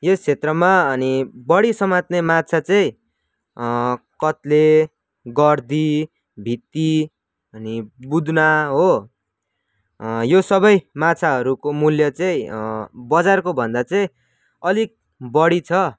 यस क्षेत्रमा अनि बढी समात्ने माछा चाहिँ कत्ले गर्दी भित्ती अनि बुदुना हो यो सबै माछाहरूको मूल्य चाहिँ बजारकोभन्दा चाहिँ अलिक बढी छ